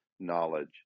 knowledge